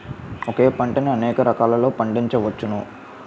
ఒకే పంటని అనేక రకాలలో పండించ్చవచ్చును